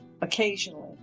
occasionally